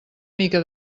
mica